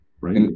right